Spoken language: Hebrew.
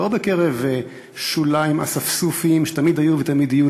לא בקרב שוליים אספסופיים שתמיד היו ותמיד יהיו,